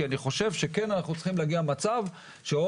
כי אני חושב שכן אנחנו צריכים להגיע למצב שעוד